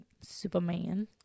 superman